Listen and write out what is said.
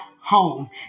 home